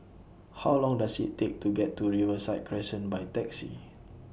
How Long Does IT Take to get to Riverside Crescent By Taxi